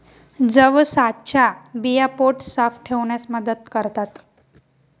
जवसाच्या बिया पोट साफ ठेवण्यास मदत करतात